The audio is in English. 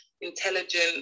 intelligent